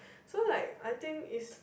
so like I think is